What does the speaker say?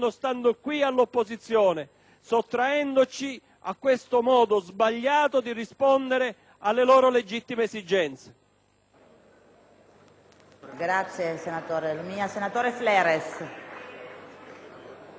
sottraendoci a questo modo sbagliato di rispondere alle loro legittime esigenze.